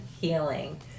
healing